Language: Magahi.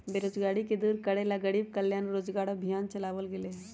बेरोजगारी के दूर करे ला गरीब कल्याण रोजगार अभियान चलावल गेले है